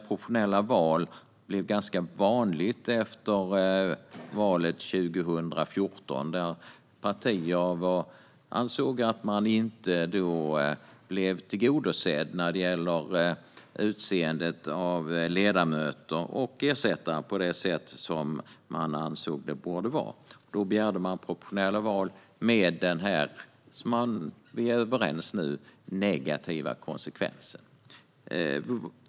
Proportionella val blev ganska vanligt efter valet 2014, då partier ansåg att de inte blev tillgodosedda vid utseende av ledamöter och ersättare på det sätt som de ansåg att det borde vara. Då begärdes proportionella val med denna, som vi nu är överens om, negativa konsekvens.